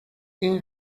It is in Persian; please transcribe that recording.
این